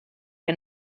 que